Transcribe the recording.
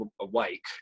awake